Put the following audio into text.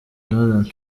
donald